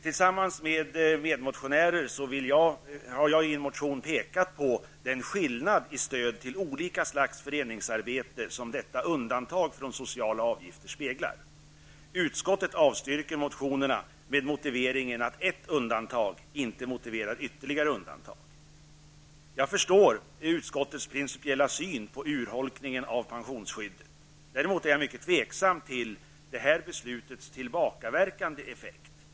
Tillsammans med medmotionärer har jag i en motion pekat på den skillnad i stöd till olika slags föreningsarbete som undantaget från sociala avgifter speglar. Utskottet avstyrker motionerna med motiveringen att ett undantag inte motiverar ytterligare undantag. Jag förstår utskottets principiella syn på urholkningen av pensionsskyddet. Däremot är jag mycket tveksam till det här beslutets tillbakaverkande effekt.